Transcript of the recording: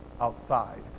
outside